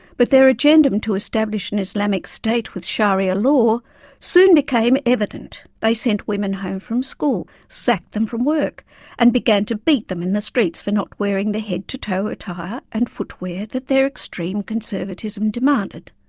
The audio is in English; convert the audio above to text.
but their agendum to establish an islamic state with sharia law soon became evident they sent women home from school, sacked them from work and began to beat them in the streets for not wearing the head-to-toe attire ah and footwear that their extreme conservatism demanded.